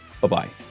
Bye-bye